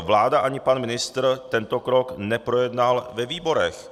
Vláda ani pan ministr tento krok neprojednali ve výborech.